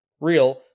real